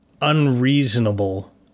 unreasonable